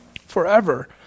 Forever